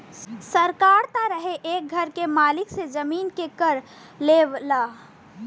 सरकार त हरे एक घर के मालिक से जमीन के कर लेवला